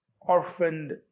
orphaned